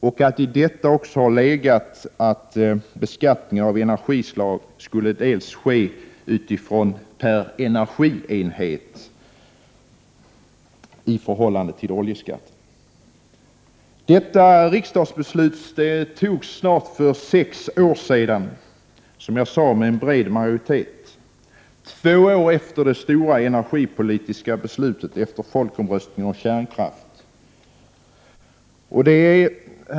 I detta har också legat att beskattningen av energislag skulle ske per energienhet i förhållande till oljeskatten. Detta riksdagsbeslut fattades för snart sex år sedan med, som jag redan sagt, bred majoritet två år efter det stora energipolitiska beslutet efter folkomröstningen om kärnkraften.